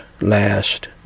last